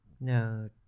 No